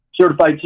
certified